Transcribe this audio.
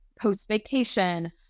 post-vacation